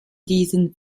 diesen